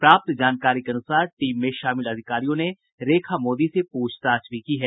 प्राप्त जानकारी के अनुसार टीम में शामिल अधिकारियों ने रेखा मोदी से पूछताछ भी की है